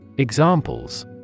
Examples